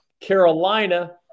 Carolina